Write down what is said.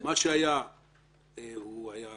שהיה זה שהיה